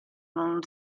non